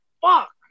fuck